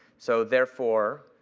so, therefore,